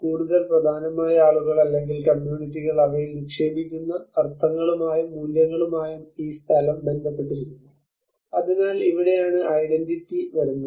കൂടുതൽ പ്രധാനമായി ആളുകൾ അല്ലെങ്കിൽ കമ്മ്യൂണിറ്റികൾ അവയിൽ നിക്ഷേപിക്കുന്ന അർത്ഥങ്ങളുമായും മൂല്യങ്ങളുമായും ഈ സ്ഥലം ബന്ധപ്പെട്ടിരിക്കുന്നു അതിനാൽ ഇവിടെയാണ് ഐഡന്റിറ്റി വരുന്നത്